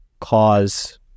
cause